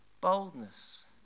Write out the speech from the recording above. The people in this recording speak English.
boldness